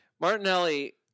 Martinelli